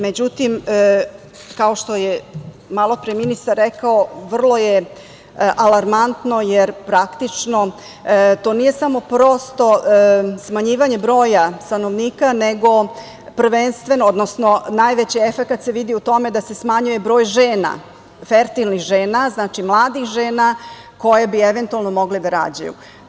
Međutim, kao što je malopre ministar rekao, vrlo je alarmantno jer praktično to nije samo prosto smanjivanje broja stanovnika nego prvenstveno, odnosno najveći efekat se vidi u tome da se smanjuje broj žena, fertilni žena, mladih žena koje bi eventualno mogle da rađaju.